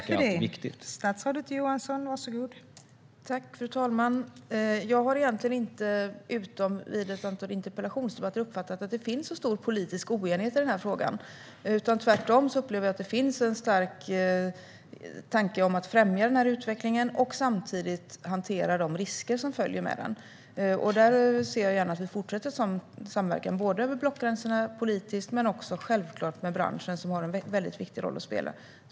Fru talman! Jag har egentligen inte, utom i ett antal interpellationsdebatter, uppfattat att det finns så stor politisk oenighet i den här frågan. Tvärtom upplever jag att det finns en gemensam stark tanke om att främja den här utvecklingen och samtidigt hantera de risker som följer med den. Där ser jag gärna att vi fortsätter att samverka över blockgränsen politiskt men självklart också med branschen, som har en viktig roll att spela.